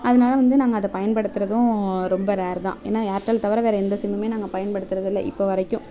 அதனால வந்து நாங்கள் அதை பயன்படுத்துறதும் ரொம்ப ரேர் தான் ஏன்னா ஏர்டெல் தவிர வேற எந்த சிம்மும் நாங்கள் பயன்படுத்துறதில்லை இப்போ வரைக்கும்